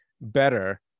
better